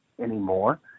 anymore